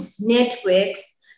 networks